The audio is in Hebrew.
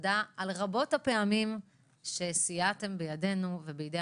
תודה על רבות הפעמים שסייעתם בידינו ובידי